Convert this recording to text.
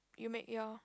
you make ya